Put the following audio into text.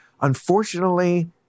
unfortunately